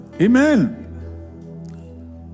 Amen